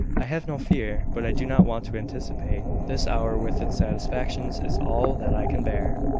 i have no fear but i do not want to anticipate. this hour with its satisfactions, is all that i can bear.